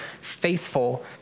faithful